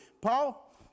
Paul